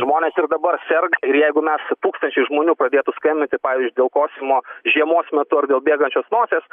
žmonės ir dabar serga ir jeigu mes tūkstančiai žmonių pradėtų skambinti pavyzdžiui dėl kosėjimo žiemos metu ar dėl bėgančios nosies